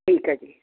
ਠੀਕ ਹ ਜੀ